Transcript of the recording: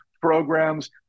programs